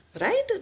right